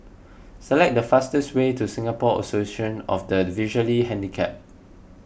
select the fastest way to Singapore Association of the Visually Handicapped